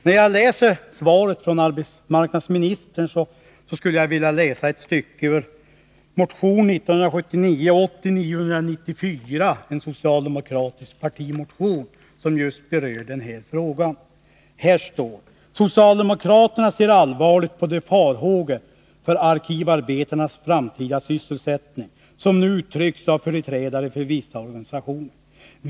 Sedan jag tagit del av arbetsmarknadsministerns svar skulle jag vilja läsa upp ett stycke ur den socialdemokratiska partimotionen 1979/80:994 som just berör den här frågan: ”Socialdemokraterna ser allvarligt på de farhågor för arkivarbetarnas framtida sysselsättning som nu uttrycks av företrädare för vissa organisationer.